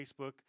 Facebook